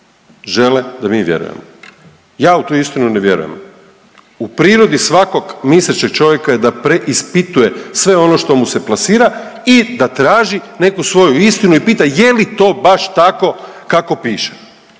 žele da mi vjerujemo. Ja u tu istinu ne vjerujem. U prirodi svakog mislećeg čovjeka je da preispituje sve ono što mu se plasira i da traži neku svoju istinu i pita je li to baš tako kako piše.